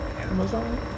Amazon